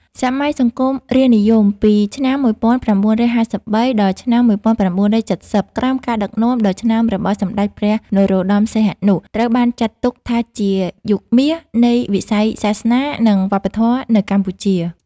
សម័យសង្គមរាស្ត្រនិយម ពី ឆ្នាំ១៩៥៣ ដល់ឆ្នាំ ១៩៧០ ក្រោមការដឹកនាំដ៏ឆ្នើមរបស់ សម្ដេចព្រះនរោត្តម សីហនុ ត្រូវបានចាត់ទុកថាជា យុគមាស នៃវិស័យសាសនា និងវប្បធម៌នៅកម្ពុជា។